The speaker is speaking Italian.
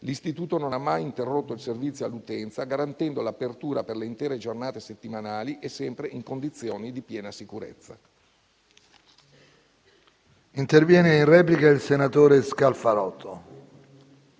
l'Istituto non ha mai interrotto il servizio all'utenza, garantendo l'apertura per le intere giornate settimanali e sempre in condizioni di piena sicurezza.